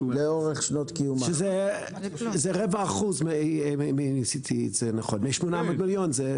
זה רבע אחוז מ-800 מיליון שקל,